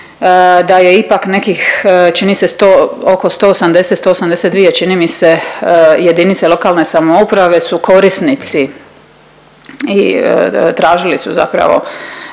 da je ipak nekih čini se 100 oko 180, 182 čini mi se jedinice lokalne samouprave su korisnici i tražili su zapravo